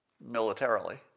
militarily